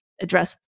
address